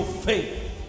faith